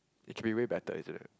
it should be way better isn't it